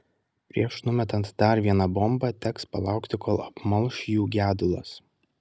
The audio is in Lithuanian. prieš numetant dar vieną bombą teks palaukti kol apmalš jų gedulas